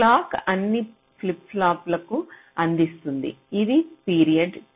clock అన్ని flip ఫ్లాప్లకు అందిస్తుంది ఇది పీరియడ్ T